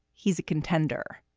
he's a contender.